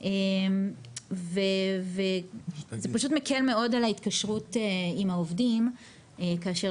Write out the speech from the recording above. זה מקל מאוד על ההתקשרות עם העובדים כאשר